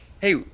Hey